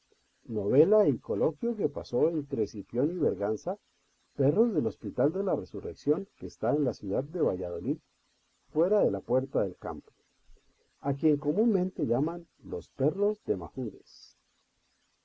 novela y coloquio que pasó entre cipión y berganza perros del hospital de la resurrección que está en la ciudad de valladolid fuera de la puerta del campo a quien comúnmente llaman los perros de mahude